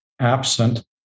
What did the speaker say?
absent